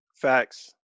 Facts